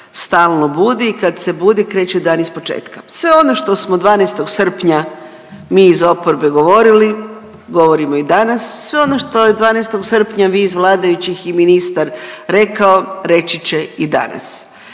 stalno budi i kad se budi kreće dan ispočetka. Sve ono što smo 12. srpnja mi iz oporbe govorili govorimo i danas. Sve ono što je 12. srpnja vi iz vladajućih i ministar rekao reći će i danas.